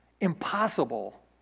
impossible